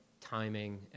timing